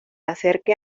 acerque